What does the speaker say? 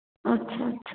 अच्छा अच्छा